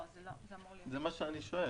זה מה שאני שואל.